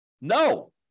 No